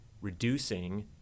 Reducing